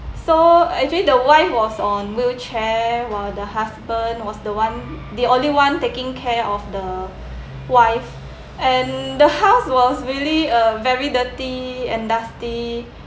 so actually the wife was on wheelchair while the husband was the one the only one taking care of the wife and the house was really uh very dirty and dusty